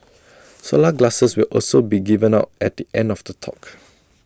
solar glasses will also be given out at the end of the talk